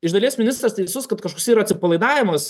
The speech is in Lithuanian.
iš dalies ministras teisus kad kažkoks yra atsipalaidavimas